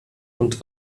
und